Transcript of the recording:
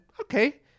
okay